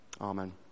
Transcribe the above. Amen